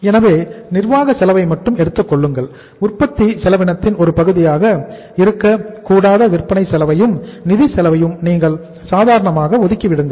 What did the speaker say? எனவே நிர்வாக செலவை மட்டும் எடுத்துக்கொள்ளுங்கள் உற்பத்தி செலவினத்தின் ஒரு பகுதியாக இருக்கக் கூடாத விற்பனை செலவையும் நிதிச் செலவையும் நீங்கள் சாதாரணமாக ஒதுக்கிவிடுங்கள்